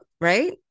Right